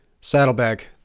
Saddlebag